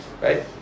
right